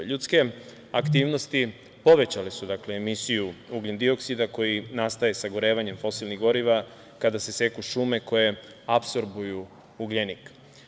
Ljudske aktivnosti povećale su emisiju ugljen-dioksida koji nastaje sagorevanjem fosilnih goriva kada se seku šume koje apsorbuju ugljenik.